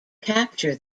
capture